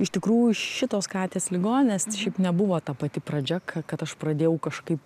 iš tikrųjų šitos katės ligoninės šiaip nebuvo ta pati pradžia ką kad aš pradėjau kažkaip